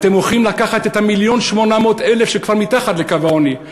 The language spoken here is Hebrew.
אתם הולכים לקחת את 1.8 המיליון שכבר מתחת לקו העוני,